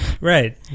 Right